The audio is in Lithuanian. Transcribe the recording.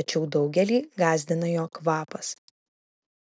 tačiau daugelį gąsdina jo kvapas